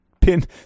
pin